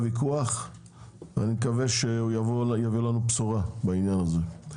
זה הוויכוח ואני מקווה שהוא יבוא עם בשורה בעניין הזה.